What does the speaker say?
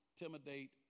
intimidate